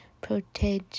Protege